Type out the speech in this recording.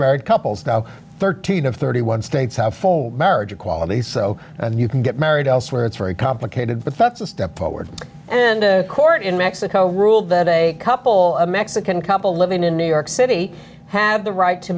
married couples now thirteen of thirty one states have full marriage equality so you can get married elsewhere it's very complicated but that's a step forward and a court in mexico ruled that a couple of mexican couple living in new york city have the right to